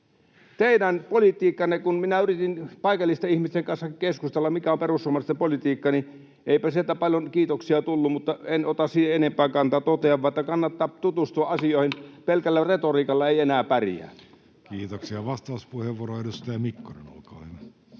istuu pimeässä. Kun minä yritin paikallisten ihmisten kanssa keskustella, mikä on perussuomalaisten politiikka, niin eipä sieltä paljon kiitoksia tullut, mutta en ota siihen enempää kantaa. Totean vain, että kannattaa tutustua asioihin. Pelkällä retoriikalla ei enää pärjää. [Speech 32] Speaker: Jussi Halla-aho